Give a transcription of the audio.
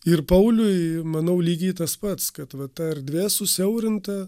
ir pauliui manau lygiai tas pats kad va ta erdvė susiaurinta